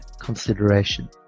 consideration